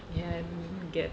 ya get